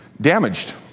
damaged